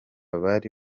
bari